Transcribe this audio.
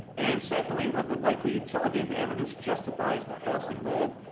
and secondly, that the likely utility of the evidence justifies the cost involved.